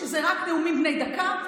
שזה רק נאומים בני דקה,